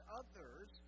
others